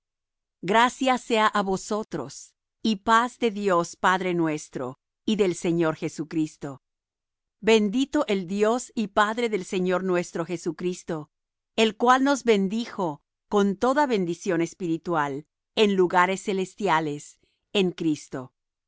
gracia sea á vosotros y paz de dios padre nuestro y del señor jesucristo bendito el dios y padre del señor nuestro jesucristo el cual nos bendijo con toda bendición espiritual en lugares celestiales en cristo